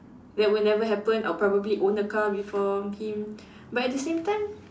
that would never happen I'll probably own a car before him but at the same time